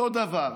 אותו דבר,